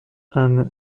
and